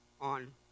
on